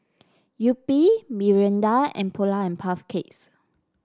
Yupi Mirinda and Polar and Puff Cakes